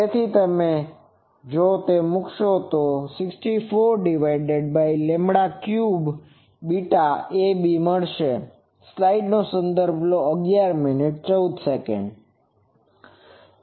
તેથી જો તમે મૂકશો તો તમને 643 ab મળશે